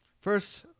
first